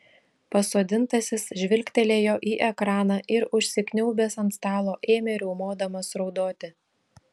pasodintasis žvilgtelėjo į ekraną ir užsikniaubęs ant stalo ėmė riaumodamas raudoti